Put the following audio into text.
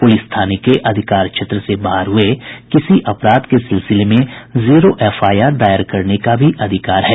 police थाने के अधिकार क्षेत्र से बाहर हुए किसी अपराध के सिलसिले में जीरो एफआईआर दायर करने का भी अधिकार है